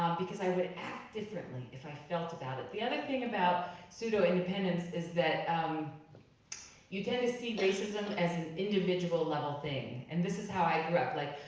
because i would act differently if i felt about it. the other thing about pseudo independence is that you tend to see racism as an individual-level ah thing. and this is how i grew up. like,